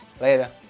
Later